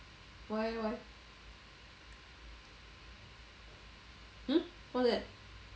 why leh why hmm what's that